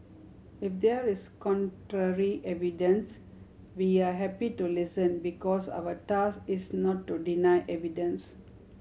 if there is contrary evidence we are happy to listen because our task is not to deny evidence